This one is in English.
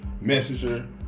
messenger